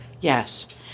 Yes